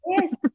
Yes